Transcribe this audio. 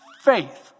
faith